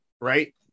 right